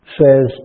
says